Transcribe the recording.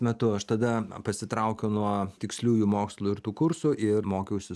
metu aš tada pasitraukiau nuo tiksliųjų mokslų ir tų kursų ir mokiausi